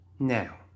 Now